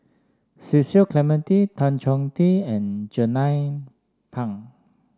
Cecil Clementi Tan Chong Tee and Jernnine Pang